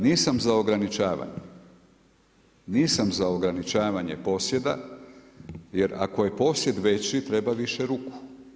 Nisam za ograničavanje, nisam za ograničavanje posjeda, jer ako je posjed veći treba više ruku.